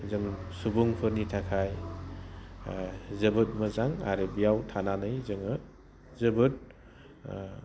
जों सुबुंफोरनि थाखाय जोबोद मोजां आरो बेयाव थानानै जोङो जोबोद